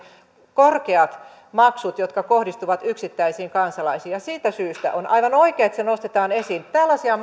korkeat maksut jotka kohdistuvat yksittäisiin kansalaisiin ja siitä syystä on aivan oikein että se nostetaan esiin tällaisia